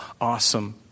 awesome